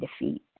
defeat